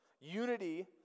Unity